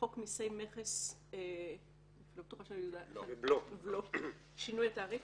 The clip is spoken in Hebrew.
חוק מסי מכס ובלו (שינוי התעריף),